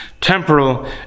temporal